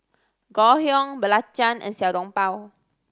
Ngoh Hiang belacan and Xiao Long Bao